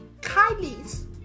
Kylie's